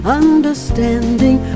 understanding